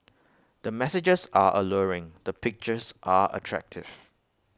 the messages are alluring the pictures are attractive